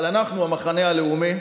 אבל אנחנו, המחנה הלאומי,